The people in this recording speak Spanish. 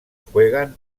juegan